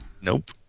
Nope